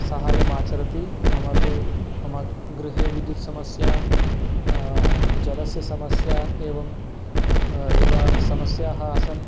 साहाय्यम् आचरति मम तु मम गृहे विद्युत् समस्या जलस्य समस्या एवं यदा समस्याः आसन्